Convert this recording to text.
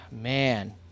Man